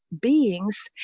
beings